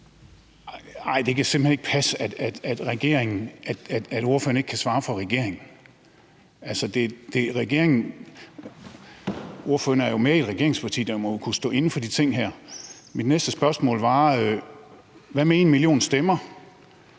Det kan simpelt hen ikke passe, at ordføreren ikke kan svare for regeringen. Altså, ordføreren er jo med i et regeringsparti, så man må jo kunne stå inde for de her ting. Mit næste spørgsmål er: Hvad med 1 million stemmer